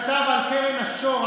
הוא כתב על קרן השור,